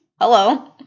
hello